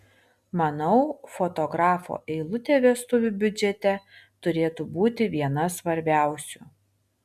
manau fotografo eilutė vestuvių biudžete turėtų būti viena svarbiausių